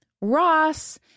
Ross